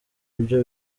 ibyo